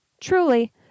Truly